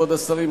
כבוד השרים,